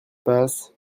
passe